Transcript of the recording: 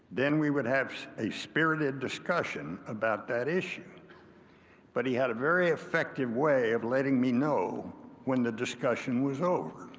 then we would have a spirited discussion about that issue but he had a very effective way of letting me know when the discussion was over.